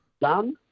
done